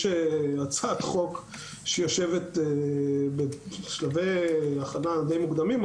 יש הצעת חוק שיושבת בשלבי הכנה די מוקדמים,